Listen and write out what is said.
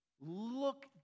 Look